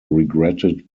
regretted